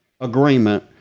agreement